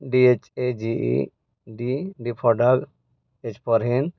D H A G E D for डर H for him